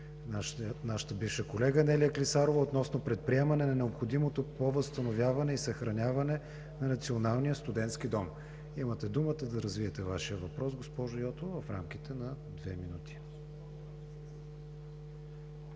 нашата бивша колега Анелия Клисарова. Той е относно предприемане на необходимото по възстановяване и съхраняване на Националния студентски дом. Имате думата да развиете Вашия въпрос, госпожо Йотова, в рамките на две минути.